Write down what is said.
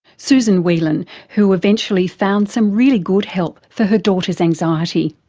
susan whelan, who eventually found some really good help for her daughter's anxiety.